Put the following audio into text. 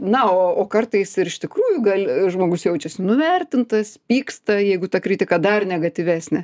na o kartais ir iš tikrųjų gal žmogus jaučiasi nuvertintas pyksta jeigu ta kritika dar negatyvesnė